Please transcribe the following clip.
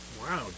Wow